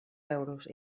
euros